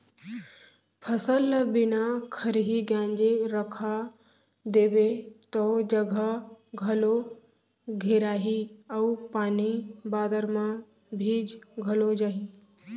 फसल ल बिना खरही गांजे रखा देबे तौ जघा घलौ घेराही अउ पानी बादर म भींज घलौ जाही